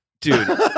Dude